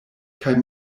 kaj